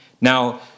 Now